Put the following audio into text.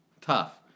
tough